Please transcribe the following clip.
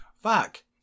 Fuck